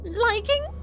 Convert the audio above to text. liking